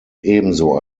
ebenso